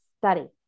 study